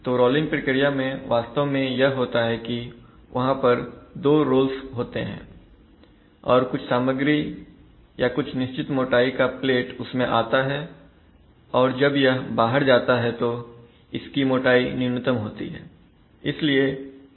तो रोलिंग प्रक्रिया में वास्तव में यह होता है कि वहां पर दो रोल्स होते हैं और कुछ सामग्री या कुछ निश्चित मोटाई का प्लेट उसमें आता है और जब यह बाहर जाता है तो इसकी मोटाई न्यूनतम होती है